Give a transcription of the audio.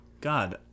God